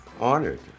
honored